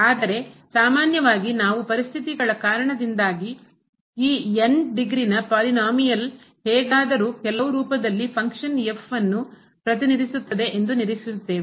ಆದರೆ ಸಾಮಾನ್ಯವಾಗಿ ನಾವು ಪರಿಸ್ಥಿತಿಗಳ ಕಾರಣದಿಂದಾಗಿ ಈ ಡಿಗ್ರಿನ ಪದವಿಯನ್ನುಳ್ಳ ಪಾಲಿನೋಮಿಯಲ್ ಬಹುಪದವು ಹೇಗಾದರೂ ಕೆಲವು ರೂಪದಲ್ಲಿ ಫಂಕ್ಷನ್ನ ಅನ್ನು ಕಾರ್ಯ ಎಫ್ ಅನ್ನು ಪ್ರತಿನಿಧಿಸುತ್ತದೆ ಎಂದು ನಿರೀಕ್ಷಿಸುತ್ತೇವೆ